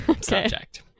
subject